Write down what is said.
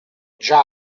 già